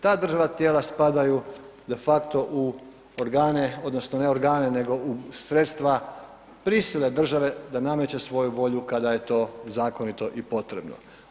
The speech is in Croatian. Ta državna tijela spadaju de facto u organe, onda, ne organe nego u sredstva prsile države da nameće svoju volju kada je to zakonito i potrebno.